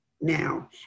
now